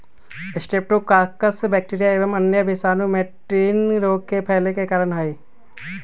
streptococcus bacteria एवं अन्य विषाणु मैटिन रोग के फैले के कारण हई